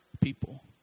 people